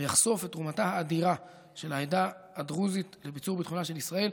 ויחשוף את תרומתה האדירה של העדה הדרוזית לביצור ביטחונה של ישראל.